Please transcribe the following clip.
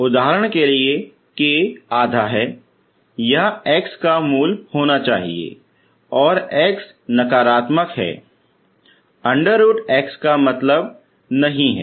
उदाहरण के लिए k आधा है यह x का मूल होना चाहिए और x नकारात्मक है √x का कोई मतलब नहीं है